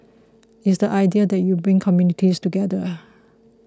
it's the idea that you bring communities together